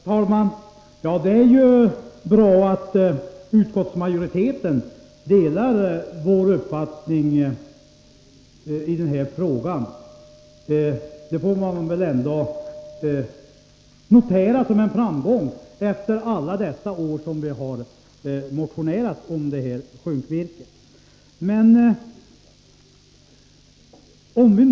Herr talman! Det är ju bra att utskottsmajoriteten delar vår uppfattning i den här frågan. Det får man väl ändå notera som en framgång efter alla de år som vi motionerat om tillvaratagande av sjunkvirke.